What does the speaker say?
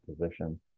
position